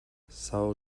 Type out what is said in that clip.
são